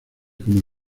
como